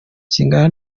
kingana